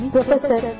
Professor